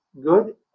good